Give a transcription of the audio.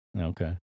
Okay